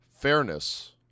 fairness